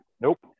nope